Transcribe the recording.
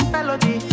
Melody